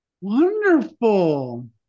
Wonderful